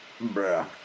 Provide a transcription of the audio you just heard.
bruh